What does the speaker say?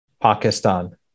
Pakistan